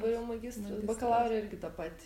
dabar jau magistras bakalaurą irgi tą patį